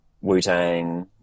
wu-tang